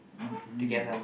mmhmm